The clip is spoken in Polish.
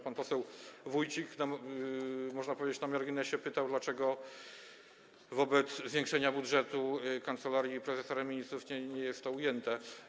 Pan poseł Wójcik, można powiedzieć na marginesie, pytał, dlaczego wobec zwiększenia budżetu Kancelarii Prezesa Rady Ministrów nie jest to ujęte.